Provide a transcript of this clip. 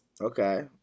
Okay